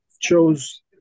chose